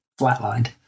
flatlined